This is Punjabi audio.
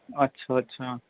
ਅੱਛਾ ਅੱਛਾ